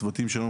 צוותים שלנו,